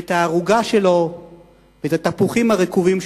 ואת הערוגה שלו ואת התפוחים הרקובים שלו.